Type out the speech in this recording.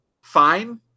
fine